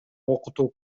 окутуу